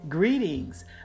Greetings